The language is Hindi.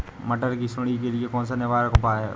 मटर की सुंडी के लिए कौन सा निवारक उपाय है?